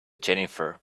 jennifer